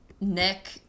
Nick